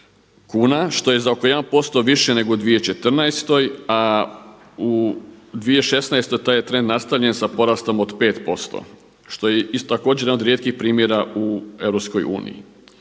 kuna što je za oko 1% više nego u 2014. a u 2016. taj je trend nastavljen sa porastom od 5% što je također jedan od rijetkih primjera u EU.